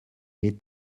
est